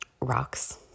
rocks